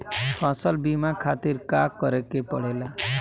फसल बीमा खातिर का करे के पड़ेला?